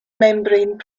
membrane